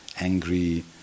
angry